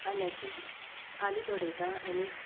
आल्याचें आलें धडयता आनी